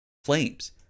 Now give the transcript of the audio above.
flames